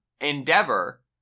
endeavor